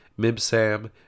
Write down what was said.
Mibsam